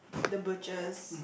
the butchers